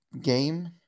game